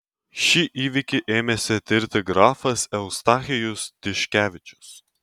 šį įvykį ėmėsi tirti grafas eustachijus tiškevičius